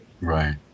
Right